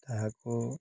ତାକୁ